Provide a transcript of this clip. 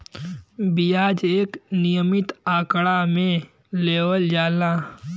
बियाज एक नियमित आंकड़ा मे लेवल जाला